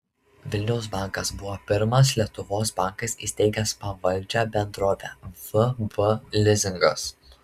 vilniaus bankas buvo pirmas lietuvos bankas įsteigęs pavaldžią bendrovę vb lizingas